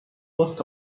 post